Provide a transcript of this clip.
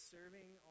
Serving